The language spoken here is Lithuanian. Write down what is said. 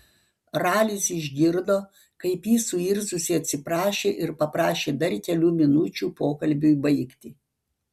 ralis išgirdo kaip ji suirzusi atsiprašė ir paprašė dar kelių minučių pokalbiui baigti